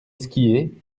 skier